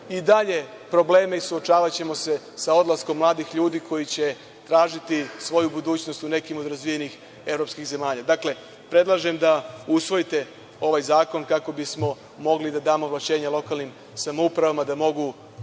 i dalje probleme i suočavaćemo se sa odlaskom mladih ljudi koji će tražiti svoju budućnost u nekih od razvijenih evropskih zemalja. Dakle, predlažem da usvojite ovaj zakon kako bismo mogli da damo ovlašćenja lokalnim samoupravama, da mogu